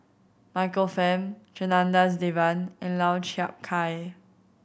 Michael Fam Janadas Devan and Lau Chiap Khai